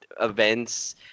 events